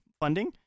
funding